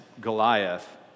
Goliath